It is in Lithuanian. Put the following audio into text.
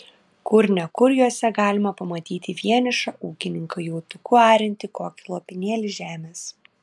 kur ne kur juose galima pamatyti vienišą ūkininką jautuku ariantį kokį lopinėlį žemės